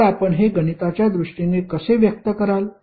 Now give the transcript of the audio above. तर आपण हे गणिताच्या दृष्टीने कसे व्यक्त कराल